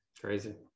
Crazy